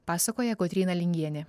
pasakoja kotryna lingienė